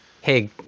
Hey